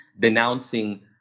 denouncing